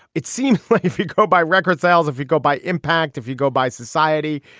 it seemed like if you go by record sales, if you go by impact, if you go by society.